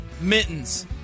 Mittens